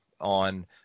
on